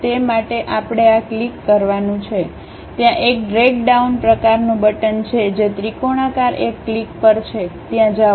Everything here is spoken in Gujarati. તે માટે આપણે આ ક્લિક કરવાનું છે ત્યાં એક ડ્રેગ ડાઉન પ્રકારનું બટન છે જે ત્રિકોણકાર એક ક્લિક પર છે ત્યાં જાઓ